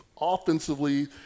offensively